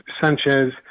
Sanchez